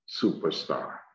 superstar